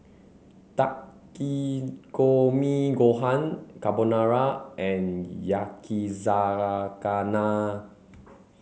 Takikomi Gohan Carbonara and Yakizakana